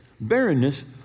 barrenness